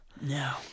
No